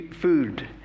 food